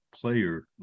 player